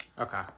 Okay